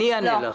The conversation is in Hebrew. אענה לך: